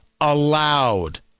allowed